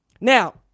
Now